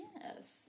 Yes